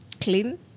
clean